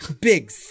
big